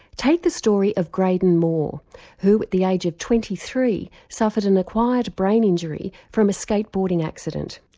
take the story of grayden moore who, at the age of twenty three, suffered an acquired brain injury from a skate boarding accident.